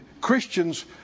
Christians